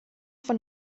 von